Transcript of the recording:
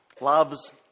Loves